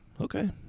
Okay